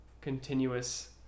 continuous